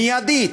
מייד,